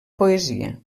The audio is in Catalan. poesia